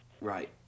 Right